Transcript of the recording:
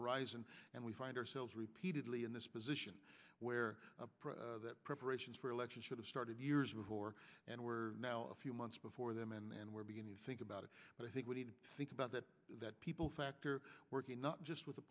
horizon and we find ourselves repeatedly in this position where preparations for elections should have started years before and we're now a few months before them and we're beginning to think about it but i think we need think about that that people factor working not just with the